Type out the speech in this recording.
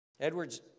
Edwards